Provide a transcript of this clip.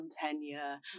tenure